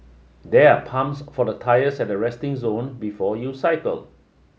there are pumps for the ties at the resting zone before you cycle